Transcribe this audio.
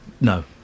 no